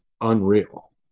unreal